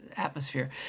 atmosphere